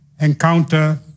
encounter